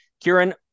Kieran